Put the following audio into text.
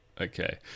Okay